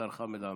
השר חמד עמאר.